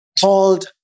called